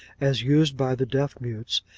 as used by the deaf mutes,